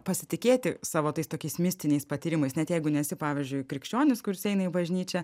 pasitikėti savo tais tokiais mistiniais patyrimais net jeigu nesi pavyzdžiui krikščionis kuris eina į bažnyčią